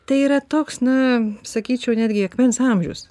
tai yra toks na sakyčiau netgi akmens amžius